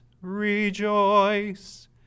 Rejoice